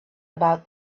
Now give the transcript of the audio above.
about